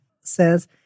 says